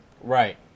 Right